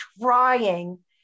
trying